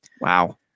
Wow